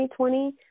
2020